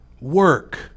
work